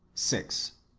six.